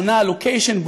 שונה הלוקיישן,